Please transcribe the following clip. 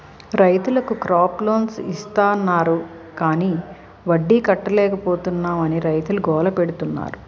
రైతులకు crop loans ఇస్తాన్నారు గాని వడ్డీ కట్టలేపోతున్నాం అని రైతులు గోల పెడతన్నారు